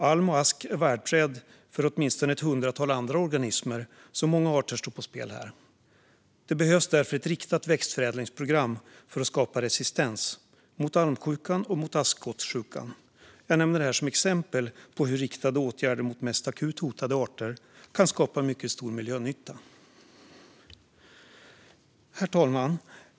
Alm och ask är värdträd för åtminstone ett hundratal andra organismer, så många arter står på spel här. Det behövs därför ett riktat växtförädlingsprogram för att skapa resistens mot almsjuka och askskottsjuka. Jag nämner detta som exempel på hur riktade åtgärder mot mest akut hotade arter kan skapa mycket stor miljönytta. Herr talman!